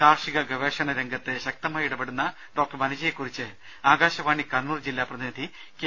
കാർഷിക ഗവേഷണ രംഗത്ത് ശക്തമായി ഇടപെടുന്ന ഡോക്ടർ വനജയെകുറിച്ച് ആകാശവാണി കണ്ണൂർ ജില്ലാ പ്രതിനിധി കെ